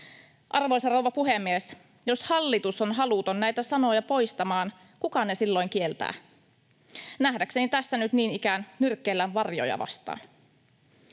Arvoisa rouva puhemies! Jos hallitus on haluton näitä sanoja poistamaan, kuka ne silloin kieltää? Nähdäkseni tässä nyt niin ikään nyrkkeillään varjoja vastaan.